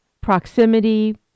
proximity